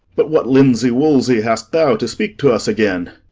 but what linsey-woolsey has thou to speak to us again?